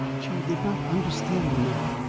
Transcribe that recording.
she did not understand the man.